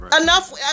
Enough